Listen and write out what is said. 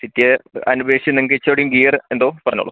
സിറ്റിയെ ഇത് അപേക്ഷിച്ച് നിങ്ങൾക്ക് ഇചിരിയും കൂടി ഗിയറ് എന്തോ പറഞ്ഞോളൂ